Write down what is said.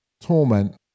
torment